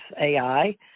AI